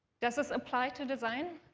does this apply to design?